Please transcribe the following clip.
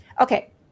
Okay